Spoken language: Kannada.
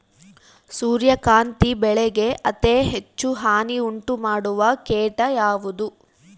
ಸೂರ್ಯಕಾಂತಿ ಬೆಳೆಗೆ ಅತೇ ಹೆಚ್ಚು ಹಾನಿ ಉಂಟು ಮಾಡುವ ಕೇಟ ಯಾವುದು?